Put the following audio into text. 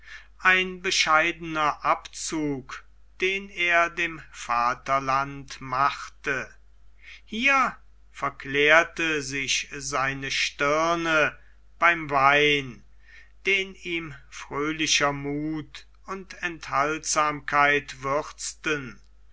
ein bescheidener abzug den er dem vaterland machte hier verklärte sich seine stirn beim wein den ihm fröhlicher muth und enthaltsamkeit würzten